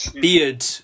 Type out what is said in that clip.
Beard